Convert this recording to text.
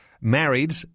married